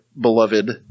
beloved